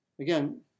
again